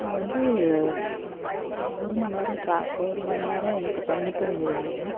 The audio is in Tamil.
நான் வந்து ஒரு ஒருமணி நேரம் ட்ரா ஒருமணி நேரம் எனக்கு பயணிக்க வேண்டியது இருந்தது